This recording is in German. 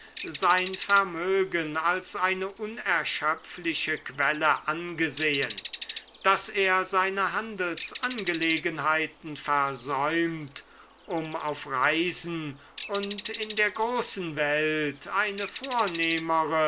sein vermögen als eine unerschöpfliche quelle angesehen daß er seine handelsangelegenheiten versäumt um auf reisen und in der großen welt eine vornehmere